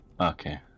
Okay